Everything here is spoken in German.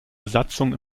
besatzung